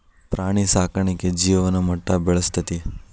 ಪ್ರಾಣಿ ಸಾಕಾಣಿಕೆ ಜೇವನ ಮಟ್ಟಾ ಬೆಳಸ್ತತಿ